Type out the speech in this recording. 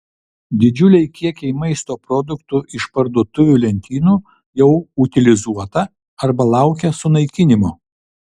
didžiuliai kiekiai maisto produktų iš parduotuvių lentynų jau utilizuota arba laukia sunaikinimo